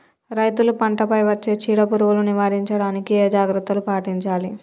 రైతులు పంట పై వచ్చే చీడ పురుగులు నివారించడానికి ఏ జాగ్రత్తలు పాటించాలి?